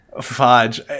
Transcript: Fudge